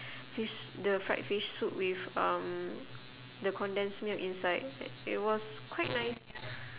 fish s~ the fried fish soup with um the condensed milk inside it was quite nice